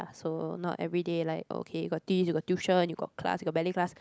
yeah so not everyday like okay you got this you got tuition you got class you got ballet class